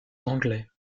anglais